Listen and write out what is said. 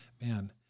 man